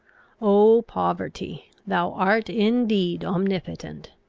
o poverty! thou art indeed omnipotent!